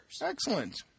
Excellent